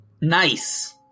Nice